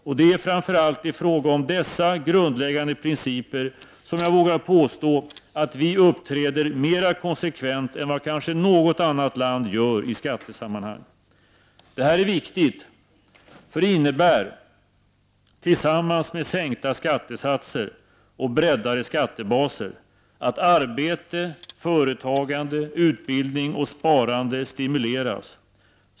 Och det är framför allt i fråga om dessa grundläggande principer som jag vågar påstå att vi i Sverige uppträder mera konsekvent än vad kanske något annat land gör i skattesammanhang. Detta är viktigt, eftersom det, tillsammans med sänkta skattesatser och breddade skattebaser, innebär att arbete, företagande, utbildning och spa 59 rande stimuleras.